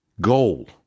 goal